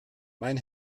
mein